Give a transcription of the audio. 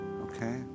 okay